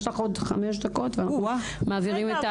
יש לך עוד חמש דקות ואנחנו מעבירים.